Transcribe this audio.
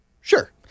Sure